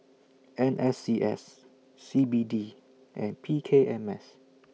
N S C S C B D and P K M S